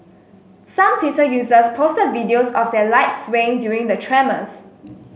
some Twitter users posted videos of their lights swaying during the tremors